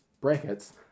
brackets